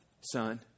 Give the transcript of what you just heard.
son